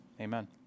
Amen